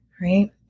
right